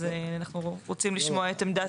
אז אנחנו רוצים לשמוע את העמדה.